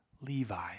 Levi